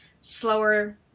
slower